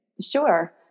Sure